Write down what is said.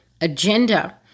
agenda